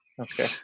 Okay